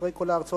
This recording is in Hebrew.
אחרי כל ההרצאות,